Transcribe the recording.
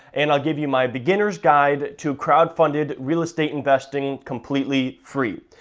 and i'll give you my beginner's guide to crowdfunded real estate investing completely free.